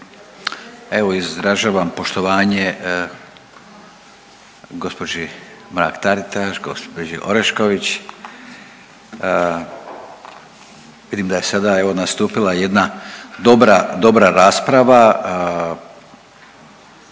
Evo izražavam poštovanje gđi. Mrak-Taritaš, gđi. Orešković, vidim da je sada evo nastupila, jedna dobra, dobra rasprava,